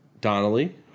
Donnelly